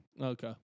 Okay